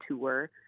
tour